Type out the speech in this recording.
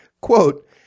quote